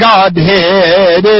Godhead